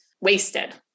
wasted